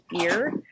ear